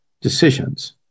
decisions